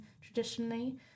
traditionally